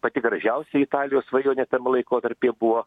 pati gražiausia italijos svajonė tam laikotarpyje buvo